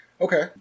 Okay